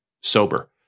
sober